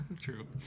True